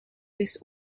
this